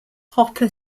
hopper